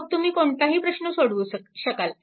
मग तुम्ही कोणताही प्रश्न सोडवू शकाल